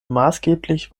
maßgeblich